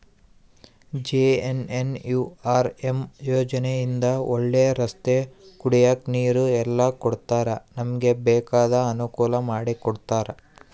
JNNURM ಯೋಜನೆ ಇಂದ ಒಳ್ಳೆ ರಸ್ತೆ ಕುಡಿಯಕ್ ನೀರು ಎಲ್ಲ ಕೊಡ್ತಾರ ನಮ್ಗೆ ಬೇಕಾದ ಅನುಕೂಲ ಮಾಡಿಕೊಡ್ತರ